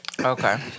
Okay